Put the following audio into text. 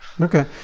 Okay